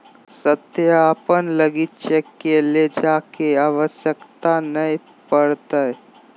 सत्यापन लगी चेक के ले जाय के आवश्यकता नय पड़तय